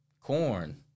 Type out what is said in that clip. corn